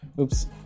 Oops